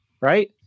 Right